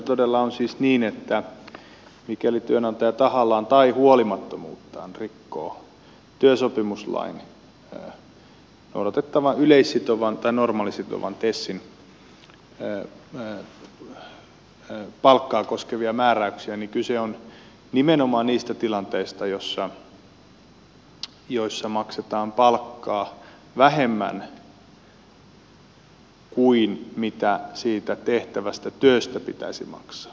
todella on siis niin että mikäli työnantaja tahallaan tai huolimattomuuttaan rikkoo työsopimuslain noudatettavan yleissitovan tai normaalisitovan tesin palkkaa koskevia määräyksiä niin kyse on nimenomaan niistä tilanteista joissa maksetaan palkkaa vähemmän kuin mitä siitä tehtävästä työstä pitäisi maksaa